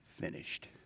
finished